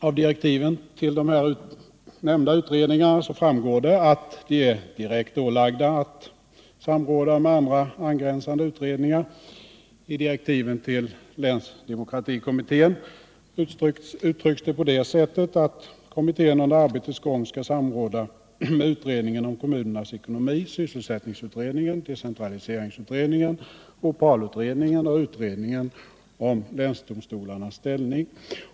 Av direktiven till de här nämnda utredningarna framgår att de är direkt ålagda att samråda med andra, angränsande utredningar. I direktiven till länsdemokratikommittén uttrycks det på det sättet, att kommittén under arbetets gång skall samråda med utredningen om kommunernas ekonomi, sysselsättningsutredningen, decentraliseringsutredningen, OPAL-utredningen och utredningen om länsdomstolarnas ställning.